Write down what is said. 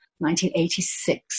1986